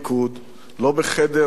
לא בחדר המלחמה,